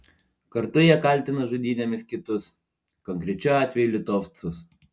kartu jie kaltina žudynėmis kitus konkrečiu atveju litovcus